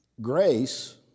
Grace